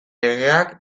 legeak